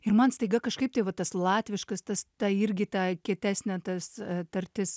ir man staiga kažkaip tai va tas latviškas tas tą irgi ta kietesnė tas tartis